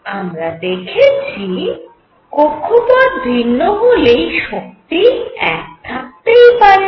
আমরা দেখেছি কক্ষপথ ভিন্ন হলেই শক্তি এক থাকতেই পারে